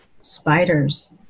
spiders